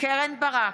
קרן ברק,